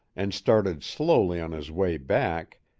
and started slowly on his way back,